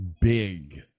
big